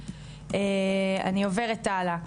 אני עוברת הלאה,